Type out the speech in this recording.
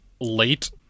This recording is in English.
late